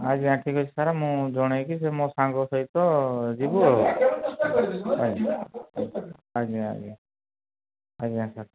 ଆଜ୍ଞା ଠିକ୍ ଅଛି ସାର୍ ମୁଁ ଜଣାଇକି ମୋ ସାଙ୍ଗ ସହିତ ଯିବୁ ଆଉ ଆଜ୍ଞା ଆଜ୍ଞା ଆଜ୍ଞା ଆଜ୍ଞା ସାର୍